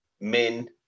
men